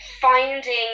finding